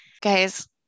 guys